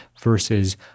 versus